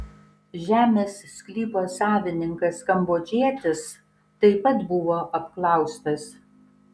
žemės sklypo savininkas kambodžietis taip pat buvo apklaustas